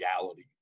reality